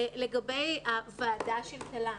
לגבי הוועדה של תל"ן,